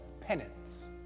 penance